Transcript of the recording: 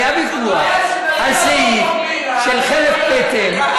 היה ויכוח על סעיף של חלף פטם,